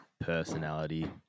personality